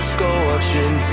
Scorching